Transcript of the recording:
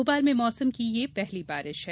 भोपाल में मौसम की ये पहली बारिश है